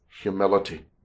humility